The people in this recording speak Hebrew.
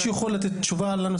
מה התשובה לנושא הזה?